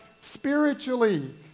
spiritually